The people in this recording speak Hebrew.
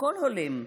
הכול הולם.